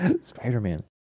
spider-man